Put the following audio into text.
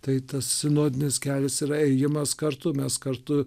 tai tas sinodinis kelias yra ėjimas kartu mes kartu